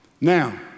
Now